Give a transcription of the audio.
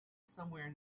somewhere